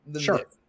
Sure